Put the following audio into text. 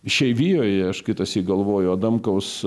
išeivijoje aš kitąsyk galvoju adamkaus